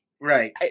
right